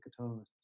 guitarists